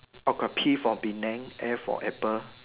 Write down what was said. okay P for Penang a for apple